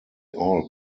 all